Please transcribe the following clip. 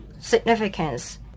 significance